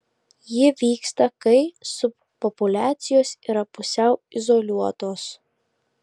ji vyksta kai subpopuliacijos yra pusiau izoliuotos